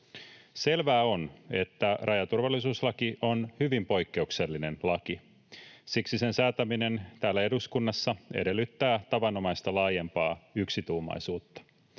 Selvää on, että rajaturvallisuuslaki on hyvin poikkeuksellinen laki. Siksi sen säätäminen täällä eduskunnassa edellyttää tavanomaista laajempaa yksituumaisuutta.